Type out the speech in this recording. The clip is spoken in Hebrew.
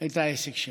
את העסק שלו.